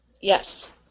Yes